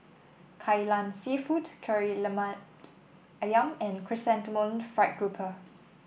Kai Lan seafood Kari Lemak ayam and Chrysanthemum Fried Grouper